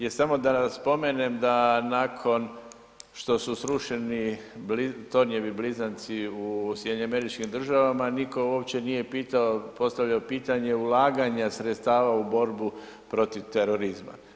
Jer samo da nam spomenem da nakon što su srušeni tornjevi blizanci u SAD-u nitko uopće nije pitao, postavljao pitanje ulaganja sredstava u borbu protiv terorizma.